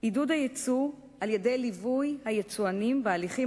עידוד היצוא על-ידי ליווי היצואנים בהליכים